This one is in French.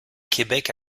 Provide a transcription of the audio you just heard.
québec